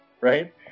right